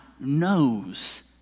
knows